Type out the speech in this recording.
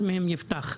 אחד מהם יפתח.